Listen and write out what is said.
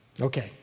Okay